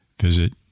visit